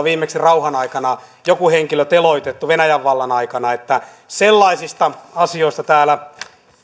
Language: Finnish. viimeksi tuhatkahdeksansataa luvulla joku henkilö teloitettu venäjän vallan aikana että sellaisista asioista täällä